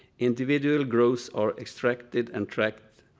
individual grooves are extracted and tracked